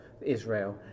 Israel